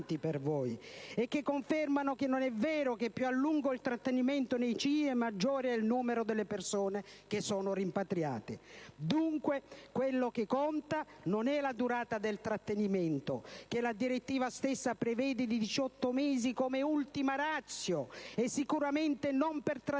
voi: confermano che non è vero che più lungo è il trattenimento nei CIE, maggiore il numero delle persone rimpatriate. Dunque, ciò che conta non è la durata del trattenimento, che la direttiva stessa prevede in diciotto mesi come ultima*ratio*, e sicuramente non per trattenimenti